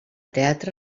teatre